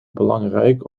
belangrijk